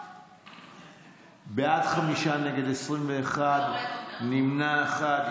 בעד, חמישה, נגד, 21, נמנע אחד.